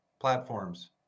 platforms